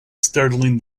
startling